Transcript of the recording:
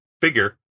figure